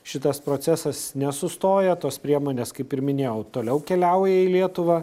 šitas procesas nesustoja tos priemonės kaip ir minėjau toliau keliauja į lietuvą